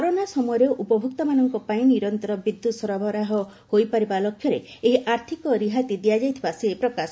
corona ସମୟରେ ଉପଭୋକ୍ତାମାନଙ୍କ ପାଇଁ ନିରନ୍ତର ବିଦ୍ୟତ୍ ସରବରାହ ହୋଇପାରିବା ଲକ୍ଷ୍ୟରେ ଏହି ଆର୍ଥିକ ରିହାତି ଦିଆଯାଇ ଥିବା ସେ କହିଛନ୍ତି